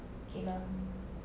okay lah